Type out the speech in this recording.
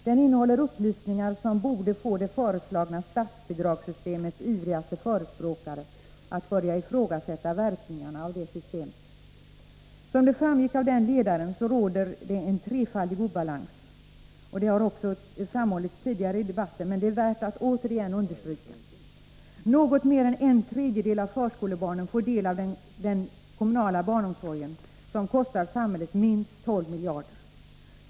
Den innehåller upplysningar, som borde få det föreslagna statsbidragssystemets ivrigaste förespråkare att börja ifrågasätta verkningarna av det systemet. Som framgår av ledaren råder trefaldig obalans. Det har framhållits tidigare i debatten, men är värt att åter understrykas. Något mer än en tredjedel av förskolebarnen får del av den kommunala barnomsorgen, som kostar minst 12 miljarder kronor.